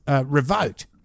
revoked